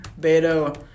Beto